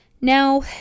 Now